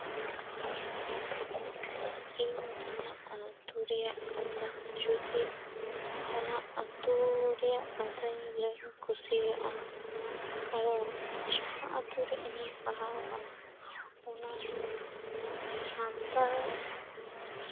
ᱤᱧ ᱤᱧᱟᱹᱜ ᱟᱹᱛᱩ ᱨᱮᱭᱟᱜ ᱠᱟᱛᱷᱟ ᱡᱩᱫᱤ ᱚᱱᱟ ᱟᱹᱛᱩ ᱨᱮᱭᱟᱜ ᱠᱟᱛᱷᱟᱧ ᱞᱟᱹᱭᱤᱧ ᱠᱩᱥᱤᱭᱟᱜᱼᱟ ᱠᱟᱨᱚᱱ ᱡᱟᱦᱟᱸ ᱟᱹᱛᱩ ᱨᱮ ᱤᱧᱤᱧ ᱯᱟᱲᱦᱟᱣ ᱟᱠᱟᱱᱟ ᱚᱱᱟ ᱫᱚ ᱥᱟᱱᱛᱟᱲ